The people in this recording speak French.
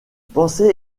pensait